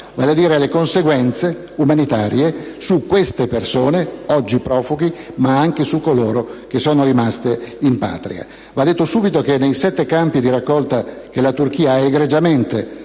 vale a dire le conseguenze umanitarie per queste persone, oggi profughi, ma anche per coloro che sono rimasti in patria. Va detto subito che nei sette campi di raccolta che la Turchia ha egregiamente